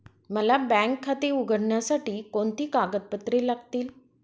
मला बँक खाते उघडण्यासाठी कोणती कागदपत्रे लागतील?